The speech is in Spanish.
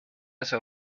ese